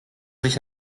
sich